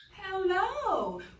hello